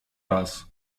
raz